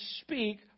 speak